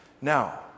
Now